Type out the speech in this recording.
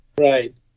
Right